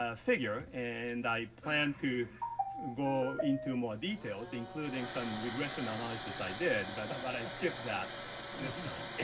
ah figure. and i plan to go into more details, including some regression analysis i did. but ah but i skipped that this time.